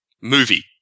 movie